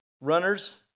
Runners